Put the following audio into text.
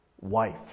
wife